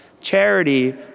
Charity